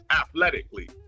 athletically